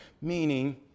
Meaning